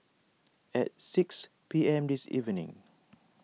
at six P M this evening